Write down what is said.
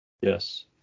Yes